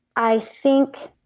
i think